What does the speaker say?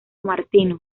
martino